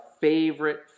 favorite